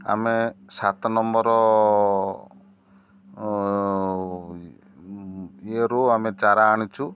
ଆମେ ସାତ ନମ୍ବର ଇଏରୁ ଆମେ ଚାରା ଆଣିଚୁ